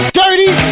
dirty